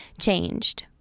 changed